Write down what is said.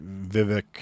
Vivek